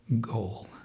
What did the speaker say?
goal